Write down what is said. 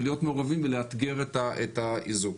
להיות מעורבים ולאתגר את האיזוק.